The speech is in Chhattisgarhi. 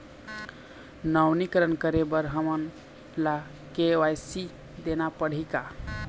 नवीनीकरण करे बर हमन ला के.वाई.सी देना पड़ही का?